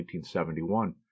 1971